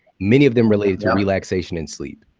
many of them related to relaxation and sleep.